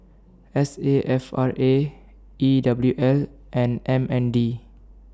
S A F R A E W L and M N D